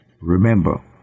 Remember